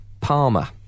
palmer